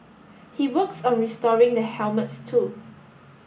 he works on restoring the helmets too